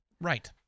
Right